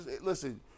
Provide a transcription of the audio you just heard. Listen